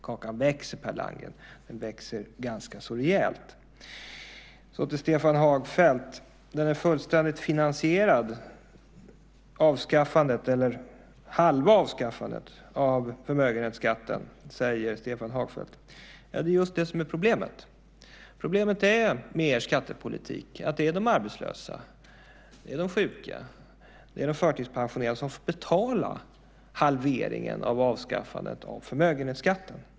Kakan växer, Per Landgren, och den växer ganska så rejält. Till Stefan Hagfeldt som säger att avskaffandet eller halva avskaffandet av förmögenhetsskatten är fullständigt finansierat vill jag säga att det är just det som är problemet. Problemet med er skattepolitik är att det är de arbetslösa, de sjuka och de förtidspensionerade som får betala halveringen av avskaffandet av förmögenhetsskatten.